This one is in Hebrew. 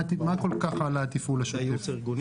מה כל כך עלה התפעול השוטף?